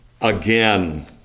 again